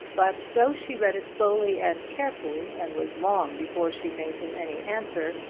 but though she read it slowly and carefully and was long before she made him any answer,